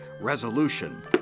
resolution